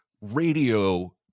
radio